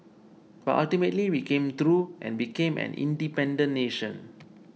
but ultimately we came through and became an independent nation